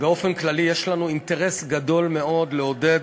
באופן כללי יש לנו אינטרס גדול מאוד לעודד